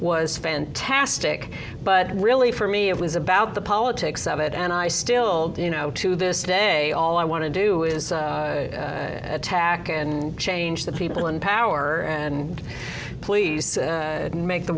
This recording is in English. was fantastic but really for me it was about the politics of it and i still you know to this day all i want to do is attack and change the people in power and please make the